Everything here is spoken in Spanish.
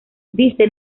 dice